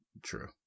True